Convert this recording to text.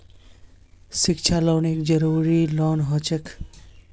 शिक्षा लोन एक जरूरी लोन हछेक